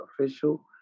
Official